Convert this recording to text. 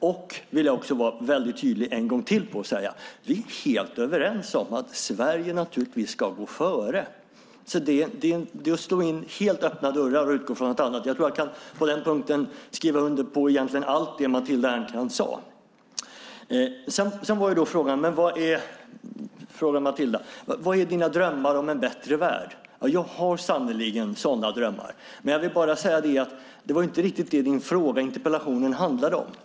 Och jag vill vara väldigt tydlig med att en gång till säga: Vi är helt överens om att Sverige ska gå före. Det är att slå in helt öppna dörrar att utgå från något annat. Jag tror att jag på den punkten kan skriva under på allt det Matilda Ernkrans sade. Sedan frågar Matilda: Vad är dina drömmar om en bättre värld? Jag har sannerligen sådana drömmar, men det var inte riktigt det frågan i interpellationen handlade om.